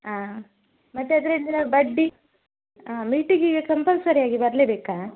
ಹಾಂ ಮತ್ತು ಅದರಿಂದ ಬಡ್ಡಿ ಹಾಂ ಮೀಟಿಂಗಿಗೆ ಕಂಪಲ್ಸರಿಯಾಗಿ ಬರಲೇಬೇಕಾ